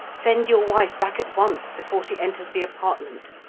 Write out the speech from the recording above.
send your wife back at once, before she enters the apartment.